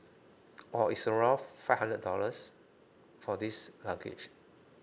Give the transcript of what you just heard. oh is around five hundred dollars for this luggage